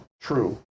true